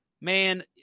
man